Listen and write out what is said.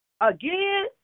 Again